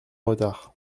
retard